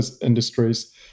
industries